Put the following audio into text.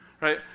right